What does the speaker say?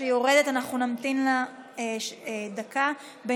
הינני מתכבדת להודיעכם, כי